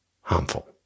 harmful